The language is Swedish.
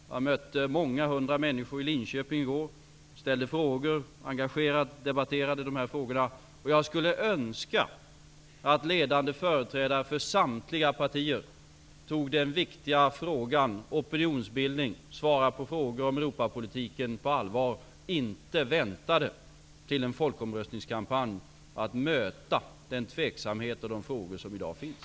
I går mötte jag många hundra människor i Linköping som ställde frågor och engagerat debatterade de här frågorna. Jag skulle önska att ledande företrädare för samtliga partier tog den viktiga frågan om opinionsbildning och detta med att svara på frågor om Europapolitiken på allvar och inte väntade till en folkomröstningskampanj med att möta den tveksamhet och de frågor som i dag finns.